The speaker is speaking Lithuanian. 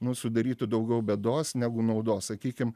nu sudarytų daugiau bėdos negu naudos sakykim